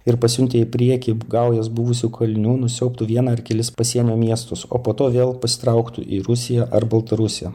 ir pasiuntę į priekį gaujas buvusių kalinių nusiaubtų vieną ar kelis pasienio miestus o po to vėl pasitrauktų į rusiją ar baltarusiją